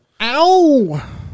Ow